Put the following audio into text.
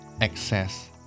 Excess